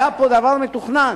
היה פה דבר מתוכנן.